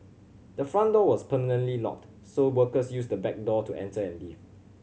the front door was permanently locked so workers used the back door to enter and leave